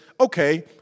okay